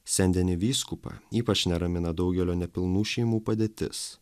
sen denį vyskupą ypač neramina daugelio nepilnų šeimų padėtis